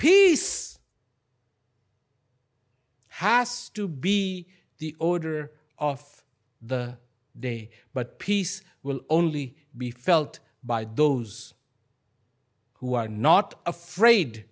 peace has to be the order of the day but peace will only be felt by those who are not afraid